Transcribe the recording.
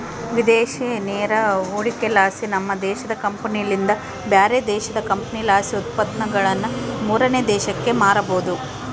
ವಿದೇಶಿ ನೇರ ಹೂಡಿಕೆಲಾಸಿ, ನಮ್ಮ ದೇಶದ ಕಂಪನಿಲಿಂದ ಬ್ಯಾರೆ ದೇಶದ ಕಂಪನಿಲಾಸಿ ಉತ್ಪನ್ನಗುಳನ್ನ ಮೂರನೇ ದೇಶಕ್ಕ ಮಾರಬೊದು